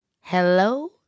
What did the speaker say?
Hello